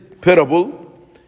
parable